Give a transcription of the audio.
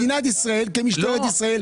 כמדינת ישראל, כמשטרת ישראל.